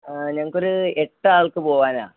ആ ഞങ്ങൾക്കൊരു എട്ടാൾക്ക് പോകാനാണ്